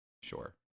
sure